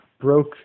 broke